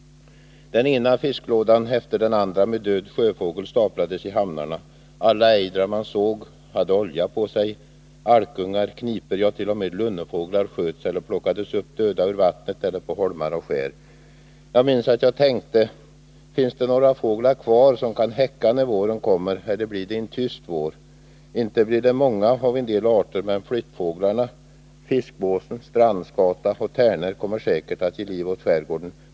Den ena fisklådan efter den andra med död sjöfågel staplades i hamnarna. Alla ejdrar som man såg hade olja på sig. Alkekungar, knipor, ja, t.o.m. lunnefåglar sköts eller plockades upp döda ur vattnet eller på holmar och skär. Jag minns att jag tänkte: Finns det några fåglar kvar som kan häcka när våren kommer eller blir det en tyst vår? Inte blir det många av en del arter, men flyttfåglarna — fiskmås, strandskata och tärnor — kommer säkert att ge liv åt skärgården.